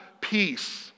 peace